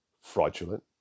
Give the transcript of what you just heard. fraudulent